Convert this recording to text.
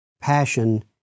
passion